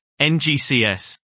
NGCS